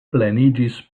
pleniĝis